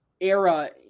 era